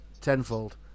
tenfold